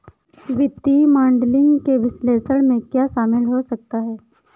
वित्तीय मॉडलिंग के विश्लेषण में क्या शामिल हो सकता है?